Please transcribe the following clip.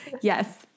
Yes